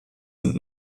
und